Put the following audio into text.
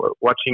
watching